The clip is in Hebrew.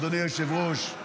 אדוני היושב-ראש,